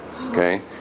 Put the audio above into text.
Okay